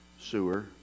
sewer